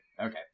Okay